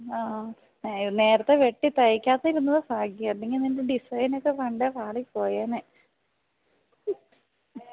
ആ നേരത്തെ വെട്ടി തയ്ക്കാതിരുന്നത് ഭാഗ്യം അല്ലെങ്കിൽ നിൻ്റെ ഡിസൈന് ഒക്കെ പണ്ടേ പാളിപ്പോയേനെ